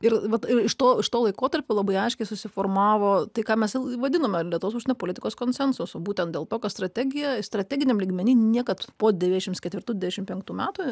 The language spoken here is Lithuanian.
ir vat iš to iš to laikotarpio labai aiškiai susiformavo tai ką mes vadiname lietuvos užsienio politikos konsensusu o būtent dėl to kad strategija strateginiam lygmeny niekad po devyniadešim ketvirtų ddevyniasdešim penktų metų